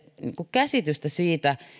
käsitystä siitä